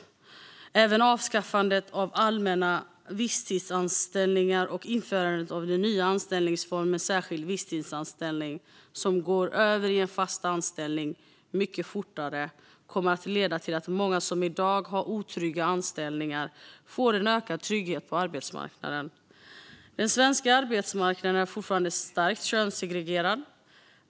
Även avskaffandet av allmänna visstidsanställningar och införandet av den nya anställningsformen särskild visstidsanställning, som går över i fast anställning mycket fortare, kommer att leda till att många som i dag har otrygga anställningar får en ökad trygghet på arbetsmarknaden. Den svenska arbetsmarknaden är fortfarande starkt könssegregerad.